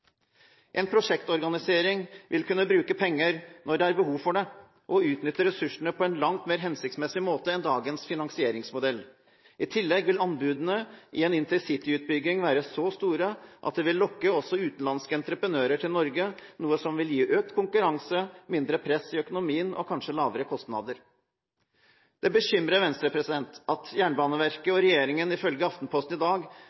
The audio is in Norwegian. En prosjektorganisasjon vil kunne bruke penger når det er behov for det og utnytte ressursene på en langt mer hensiktsmessig måte enn dagens finansieringsmodell. I tillegg vil anbudene i en intercityutbygging være så store at det vil lokke også utenlandske entreprenører til Norge, noe som vil gi økt konkurranse, mindre press i økonomien og kanskje lavere kostnader. Det bekymrer Venstre at Jernbaneverket og regjeringen ifølge Aftenposten i dag